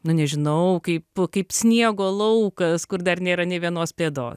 nu nežinau kaip kaip sniego laukas kur dar nėra nei vienos pėdos